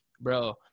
Bro